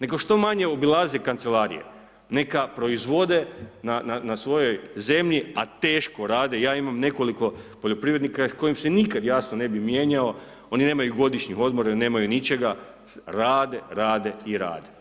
Neka što manje obilaze kancelarije, neka proizvode na svojoj zemlji a teško rade, ja imam nekoliko poljoprivrednika s kojim se nikad jasno ne bi mijenjao, oni nemaju godišnjih odmora, oni nemaju ničega, rade, rade i rade.